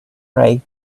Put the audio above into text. ray